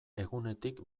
egunetik